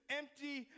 empty